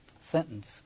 sentence